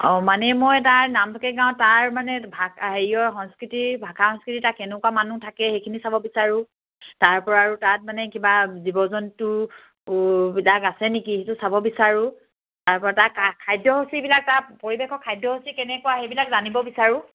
অঁ মানে মই তাৰ নামফাকে গাঁৱৰ তাৰ মানে ভা হেৰিয়ৰ সংস্কৃতিৰ ভাষা সংস্কৃতি তাৰ কেনেকুৱা মানুহ থাকে সেইখিনি চাব বিচাৰোঁ তাৰপৰা আৰু তাত মানে কিবা জীৱ জন্তুবিলাক আছে নেকি সেইটো চাব বিচাৰোঁ তাৰপৰা তাৰ খাদ্যসূচীবিলাক তাৰ পৰিৱেশৰ খাদ্যসূচী কেনেকুৱা সেইবিলাক জানিব বিচাৰোঁ